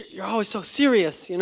you're always so serious. you know